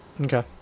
Okay